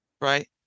Right